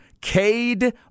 Cade